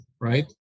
right